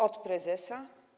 Od prezesa?